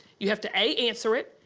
you have to, a, answer it,